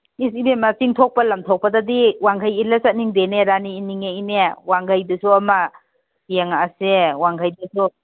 ꯏꯁ ꯏꯕꯦꯝꯃ ꯇꯤꯟꯊꯣꯛꯄ ꯂꯝꯊꯣꯛꯄꯗꯗꯤ ꯋꯥꯡꯈꯩ ꯏꯜꯂꯒ ꯆꯠꯅꯤꯡꯗꯦꯅꯦ ꯔꯥꯅꯤ ꯏꯟꯅꯤꯡꯉꯛꯏꯅꯦ ꯋꯥꯡꯈꯩꯗꯨꯁꯨ ꯑꯃ ꯌꯦꯡꯉꯛꯑꯁꯦ ꯋꯥꯡꯈꯩꯗꯨꯁꯨ